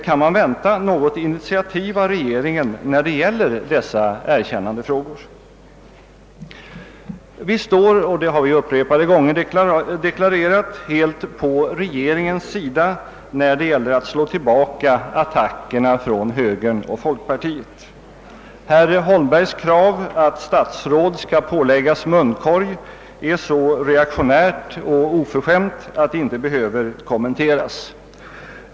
Kan man vänta något initiativ av regeringen när det gäller dessa erkännandefrågor? Vårt parti står — det har vi upprepade gånger deklarerat — helt på regeringens sida när det gäller att slå tillbaka attackerna från högern och folkpartiet. Herr Holmbergs krav att statsråd skall påläggas munkorg är så reaktionärt och oförskämt att det inte behöver kommenteras.